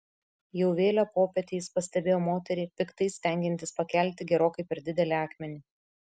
jau vėlią popietę jis pastebėjo moterį piktai stengiantis pakelti gerokai per didelį akmenį